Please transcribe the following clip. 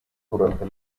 durante